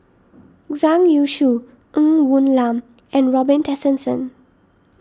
Zhang Youshuo Ng Woon Lam and Robin Tessensohn